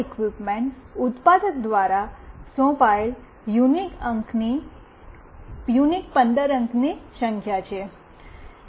આ ઇક્વિપ્મન્ટ ઉત્પાદક દ્વારા સોંપાયેલ એક યુનિક 15 અંકની સંખ્યા છે